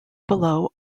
below